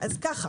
אז ככה